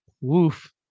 woof